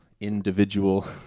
individual